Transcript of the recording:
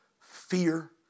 Fear